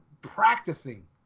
practicing